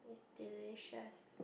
delicious